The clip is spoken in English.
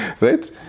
Right